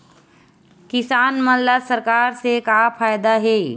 किसान मन ला सरकार से का फ़ायदा हे?